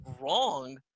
wrong